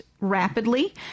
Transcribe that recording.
rapidly